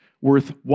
worth